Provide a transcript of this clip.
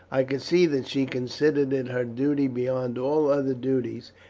i could see that she considered it her duty beyond all other duties,